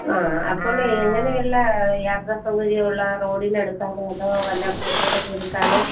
ആ അപ്പോള് എങ്ങനെയുള്ള യാത്രാ സൗകര്യമുള്ള റോഡിൻ്റെയടുത്താണോ അതോ വല്ല പുഴയുടെ തീരത്താണോ